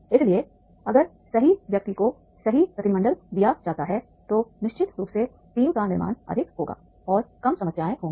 इसलिए अगर सही व्यक्ति को सही प्रतिनिधिमंडल दिया जाता है तो निश्चित रूप से टीम का निर्माण अधिक होगा और कम समस्याएं होंगी